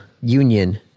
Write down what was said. union